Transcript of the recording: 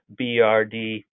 brd